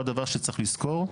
עוד דבר שצריך לזכור,